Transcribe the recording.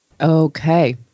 Okay